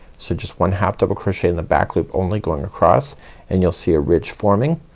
so just one half double crochet in the back loop only going across and you'll see a ridge forming.